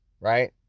Right